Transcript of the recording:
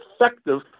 effective